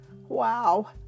Wow